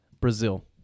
Brazil